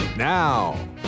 Now